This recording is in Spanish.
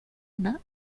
ana